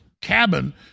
cabin